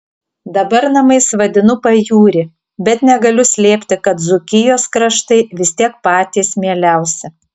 dabar namais vadinu pajūrį bet negaliu slėpti kad dzūkijos kraštai vis tiek patys mieliausi